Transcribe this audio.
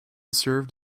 served